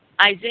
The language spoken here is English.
Isaiah